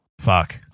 fuck